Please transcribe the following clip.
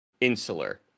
insular